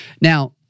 now